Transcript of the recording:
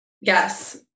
Yes